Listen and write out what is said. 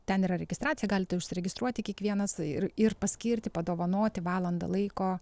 ten yra registracija gali užsiregistruoti kiekvienas ir ir paskirti padovanoti valandą laiko